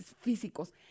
físicos